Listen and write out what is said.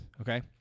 Okay